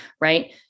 right